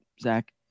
Zach